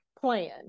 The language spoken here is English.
plan